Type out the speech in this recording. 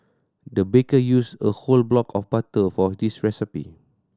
the baker used a whole block of butter for this recipe